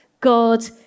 God